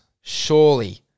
Surely